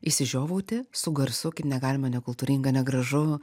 išsižiovauti su garsu kaip negalima nekultūringa negražu